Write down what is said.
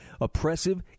oppressive